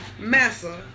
Massa